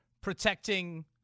protecting